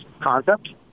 concept